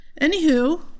Anywho